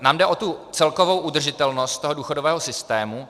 Nám jde o celkovou udržitelnost důchodového systému.